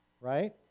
right